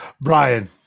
Brian